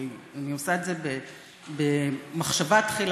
הרי אני עושה את זה במחשבה תחילה,